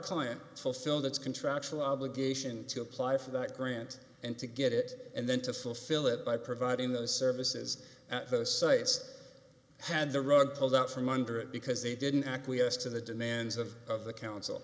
client fulfilled its contractual obligation to apply for that grant and to get it and then to fulfill it by providing those services at those sites had the rug pulled out from under it because they didn't acquiesce to the demands of of the council